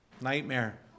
Nightmare